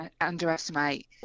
underestimate